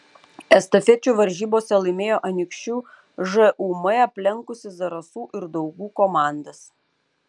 estafečių varžybose laimėjo anykščių žūm aplenkusi zarasų ir daugų komandas